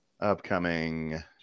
Upcoming